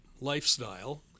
lifestyle